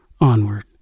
onward